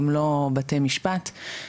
גם לא בתי משפט.